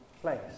place